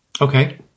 Okay